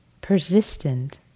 persistent